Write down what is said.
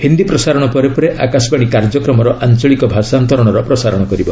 ହିନ୍ଦୀ ପ୍ରସାରଣ ପରେ ପରେ ଆକାଶବାଣୀ କାର୍ଯ୍ୟକ୍ରମର ଆଞ୍ଚଳିକ ଭାଷାନ୍ତରଣର ପ୍ରସାରଣ କରିବ